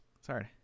Sorry